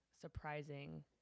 surprising